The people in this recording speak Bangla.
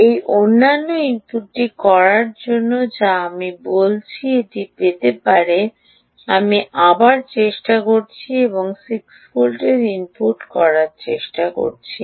এই অন্যান্য ইনপুটটি করার জন্য যা আমি বলেছি এটি পেতে আমি আবার চেষ্টা করছি এবং 6 ভোল্টের ভোল্টেজ ইনপুট করার চেষ্টা করছি